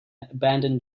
abandoned